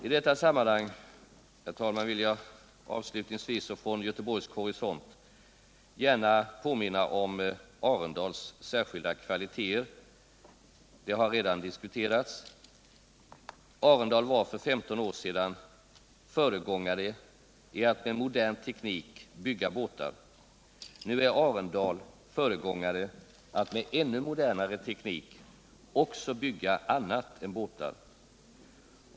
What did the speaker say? I detta sammanhang vill jag avslutningsvis och från göteborgsk horisont gärna påminna om Arendals särskilda kvaliteter. Det har redan diskuterats. Arendal var för 15 år sedan föregångare i att med modern teknik bygga båtar. Nu är Arendal föregångare i att med ännu modernare teknik också bygga annat än båtar.